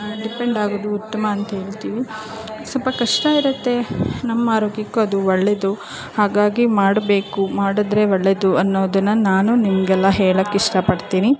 ಡಿಪೆಂಡಾಗೋದು ಉತ್ತಮ ಅಂತ ಹೇಳ್ತೀವಿ ಸ್ವಲ್ಪ ಕಷ್ಟ ಇರುತ್ತೆ ನಮ್ಮ ಆರೋಗ್ಯಕ್ಕೂ ಅದು ಒಳ್ಳೆಯದು ಹಾಗಾಗಿ ಮಾಡಬೇಕು ಮಾಡಿದ್ರೆ ಒಳ್ಳೆಯದು ಅನ್ನೋದನ್ನು ನಾನು ನಿಮಗೆಲ್ಲ ಹೇಳೋಕ್ ಇಷ್ಟಪಡ್ತೀನಿ